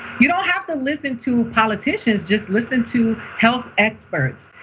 you don't have to listen to politicians, just listen to health experts.